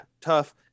tough